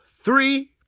three